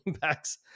backs